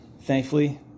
thankfully